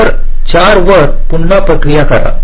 तर 4 वर पुन्हा प्रक्रिया करा